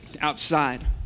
outside